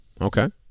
Okay